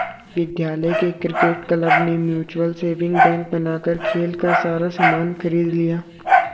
विद्यालय के cricket club ने म्यूचल सेविंग बैंक बनाकर खेल का सारा सामान खरीद लिया